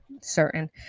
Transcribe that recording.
certain